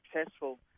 successful